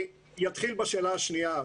אני אתחיל בשאלה השנייה.